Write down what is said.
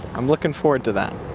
i'm looking forward to that.